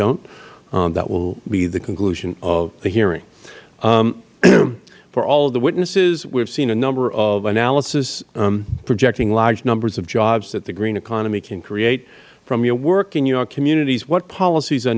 don't that will be the conclusion of the hearing for all the witnesses we have seen a number of analyses projecting large numbers of jobs that the green economy can create from your work in your communities what policies